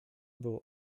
było